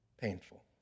painful